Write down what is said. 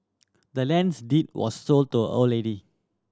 the land's deed was sold to a old lady